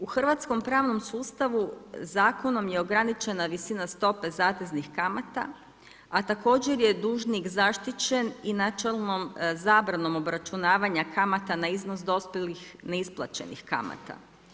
U Hrvatskom pravnom sustavu zakonom je ograničena visina stope zateznih kamata, a također je dužnih zaštićen i načelnom zabranom obračunavanja kamata na iznos dospjelih neisplaćenih kamata.